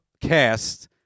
cast